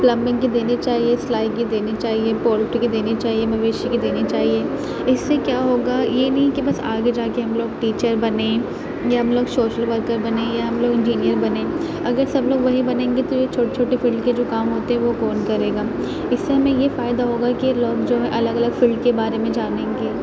plumbing کی دینی چاہیے سلائی کی دینی چاہیے پولٹری کی دینی چاہیے مویشی کی دینی چاہیے اس سے کیا ہوگا یہ نہیں کہ بس آگے جاکے ہم لوگ ٹیچر بنیں یا ہم لوگ سوشل ورکر بنیں یا ہم لوگ انجینئر بنیں اگر سب لوگ وہی بنیں گے تو یہ چھوٹے چھوٹے فیلڈ کے جو کام ہوتے وہ کون کرے گا اس سے ہمیں یہ فائدہ ہوگا کہ لوگ جو ہے الگ الگ فیلڈ کے بارے میں جانیں گے